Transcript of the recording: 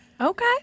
Okay